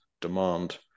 demand